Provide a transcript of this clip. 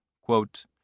Quote